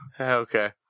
Okay